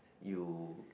you